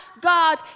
God